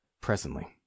Presently